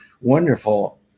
wonderful